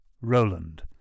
Roland